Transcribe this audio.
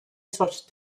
such